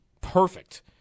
perfect